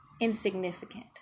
insignificant